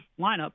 lineup